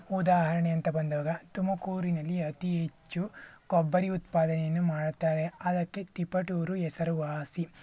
ಉದಾಹರಣೆ ಅಂತ ಬಂದಾಗ ತುಮಕೂರಿನಲ್ಲಿ ಅತಿ ಹೆಚ್ಚು ಕೊಬ್ಬರಿ ಉತ್ಪಾದನೆಯನ್ನು ಮಾಡುತ್ತಾರೆ ಅದಕ್ಕೆ ತಿಪಟೂರು ಹೆಸರುವಾಸಿ